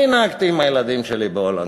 אני נהגתי עם הילדים שלי בהולנד.